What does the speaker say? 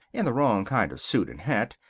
in the wrong kind of suit and hat,